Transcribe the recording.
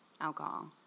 alcohol